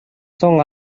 соң